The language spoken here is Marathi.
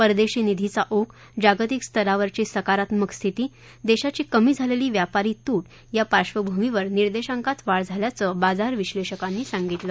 परदेशी निधीचा ओघ जागतिक स्तरावरची सकारात्मक स्थिती देशाची कमी झालेली व्यापार तूट या पार्श्वभूमीवर निर्देशांकात वाढ झाल्याचं बाजार विश्लेषकांनी सांगितलं